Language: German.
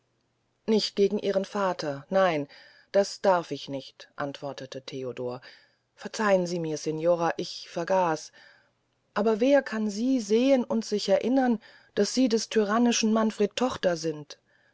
nicht gegen ihren vater nein das darf ich nicht antwortete theodor verzeihn sie mir signora ich vergaß aber wer kann sie sehn und sich erinnern daß sie des tyrannischen manfred tochter sind